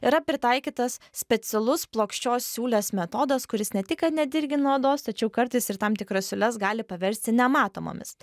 yra pritaikytas specialus plokščios siūlės metodas kuris ne tik kad nedirgina odos tačiau kartais ir tam tikras siūles gali paversti nematomomis